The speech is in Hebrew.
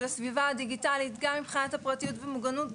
הסביבה הדיגיטלית גם מבחינת הפרטיות ומוגנות,